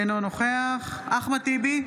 אינו נוכח אחמד טיבי,